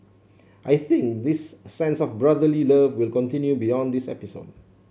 I think this sense of brotherly love will continue beyond this episode